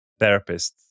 therapists